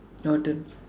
your turn